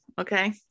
okay